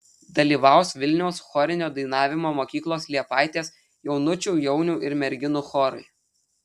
dalyvaus vilniaus chorinio dainavimo mokyklos liepaitės jaunučių jaunių ir merginų chorai